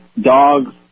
dogs